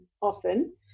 often